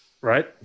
Right